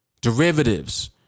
Derivatives